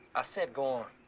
i said go on.